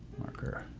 marker. i